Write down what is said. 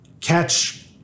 catch